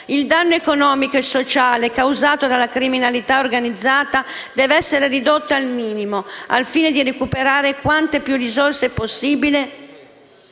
Il danno economico e sociale causato dalla criminalità organizzata deve essere ridotto al minimo, al fine di recuperare quante più risorse possibili